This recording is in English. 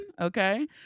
Okay